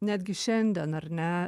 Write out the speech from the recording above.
netgi šiandien ar ne